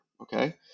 Okay